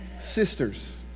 sisters